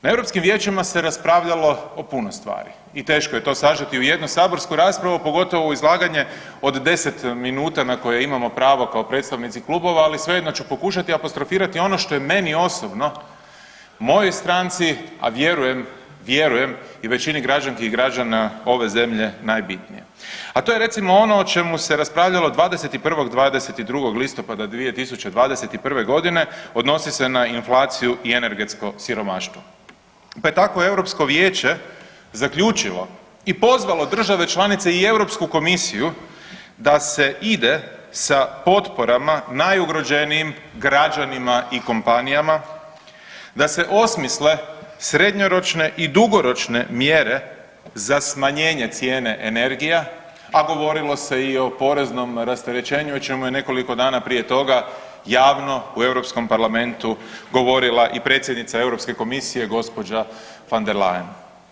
Na Europskim vijećima se raspravljalo o puno stvari i teško je to sažeti u jednu saborsku raspravu, a pogotovo u izlaganje od 10 minuta na koje imamo pravo kao predstavnici klubova, ali svejedno ću pokušati apostrofirati ono što je meni osobno, mojoj stranci a vjerujem i većini građanki i građana ove zemlje najbitnije a to je recimo ono o čemu se raspravljalo 21., 22. listopada 2021. godine odnosi se na inflaciju i energetsko siromaštvo, pa je tako Europsko vijeće zaključilo i pozvalo države članice i Europsku komisiju da se ide sa potporama najugroženijim građanima i kompanijama, da se osmisle srednjoročne i dugoročne mjere za smanjenje cijene energija, a govorilo se i o poreznom rasterećenju o čemu je nekoliko dana prije toga javno u Europskom parlamentu govorila i predsjednica Europske komisije gospođa Van den Leyen.